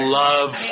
love